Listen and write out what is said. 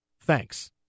Thanks